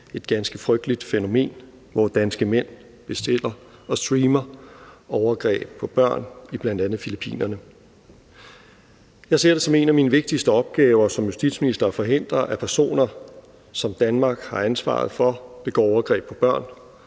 et ganske frygteligt fænomen, hvor danske mænd bestiller og streamer overgreb på børn i bl.a. Filippinerne. Jeg ser det som en af mine vigtigste opgaver som justitsminister at forhindre, at personer, som Danmark har ansvaret for, begår overgreb på børn,